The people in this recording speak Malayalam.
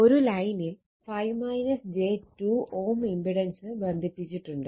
ഒരു ലൈനിൽ Ω ഇമ്പിടൻസ് ബന്ധിപ്പിച്ചിട്ടുണ്ട്